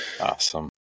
Awesome